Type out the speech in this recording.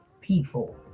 people